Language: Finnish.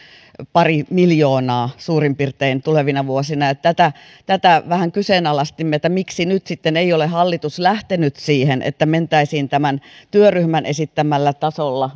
pari miljoonaa suurin piirtein tulevina vuosina tätä tätä vähän kyseenalaistimme että miksi nyt sitten ei ole hallitus lähtenyt siihen että mentäisiin tämän työryhmän esittämällä tasolla